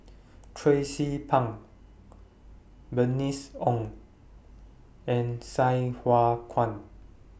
Tracie Pang Bernice Ong and Sai Hua Kuan